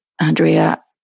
Andrea